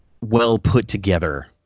well-put-together